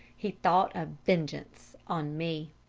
he thought of vengeance on me.